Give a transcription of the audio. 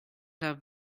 have